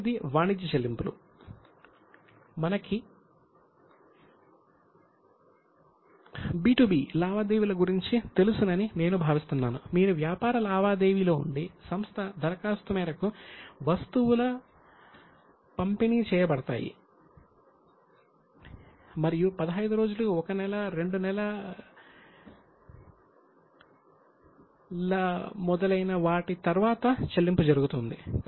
తదుపరిది వాణిజ్య చెల్లింపులు లావాదేవీల గురించి తెలుసునని నేను భావిస్తున్నాను మీరు వ్యాపార లావాదేవీలో ఉండి సంస్థ అవసరం మేరకు వస్తువులు పంపిణీ చేయబడతాయి మరియు 15 రోజులు 1 నెల 2 నెలలు తర్వాత వాటికి చెల్లింపు జరుగుతుంది